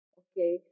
okay